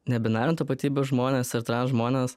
nebinarinių tapatybių žmonės ir transžmonės